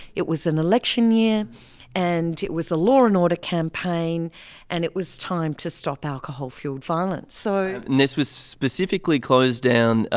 it was an election year and it was a law and order campaign and it was time to stop alcohol fuelled violence. so and this was specifically closed down,